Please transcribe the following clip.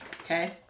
okay